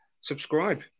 subscribe